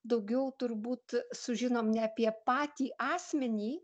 daugiau turbūt sužinom ne apie patį asmenį